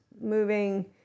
moving